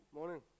Morning